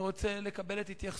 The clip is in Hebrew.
ואני רוצה לקבל את התייחסותך,